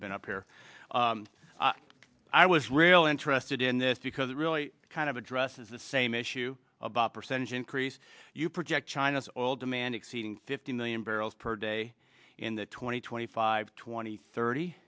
been up here i was real interested in this because it really kind of addresses the same issue of the percentage increase you project china's oil demand exceeding fifty million barrels per day in that twenty twenty five twenty thirty